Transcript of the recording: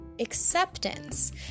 acceptance